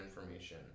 information